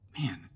Man